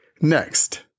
Next